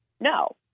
no